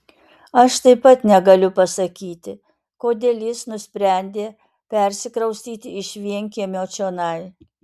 aš taip pat negaliu pasakyti kodėl jis nusprendė persikraustyti iš vienkiemio čionai